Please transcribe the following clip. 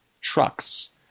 trucks